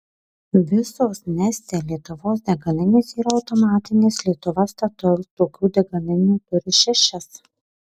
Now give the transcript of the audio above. visos neste lietuvos degalinės yra automatinės lietuva statoil tokių degalinių turi šešias